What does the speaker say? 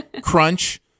crunch